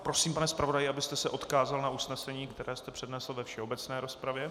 Prosím, pane zpravodaji, abyste se odkázal na usnesení, které jste přednesl ve všeobecné rozpravě.